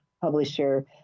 publisher